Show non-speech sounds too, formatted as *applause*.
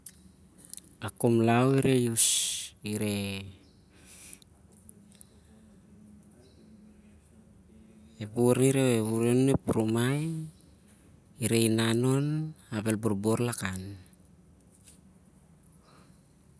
*noise* A kumlau ireh, *noise* ep ureh nun ep rumai ireh inan on ap el borbor lakan. *noise*